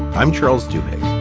i'm charles duing